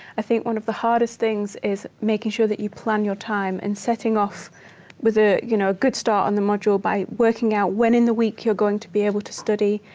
i think one of the hardest things is making sure that you plan your time and setting off with a you know good start on the module by working out when in the week you're going to be able to study,